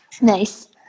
Nice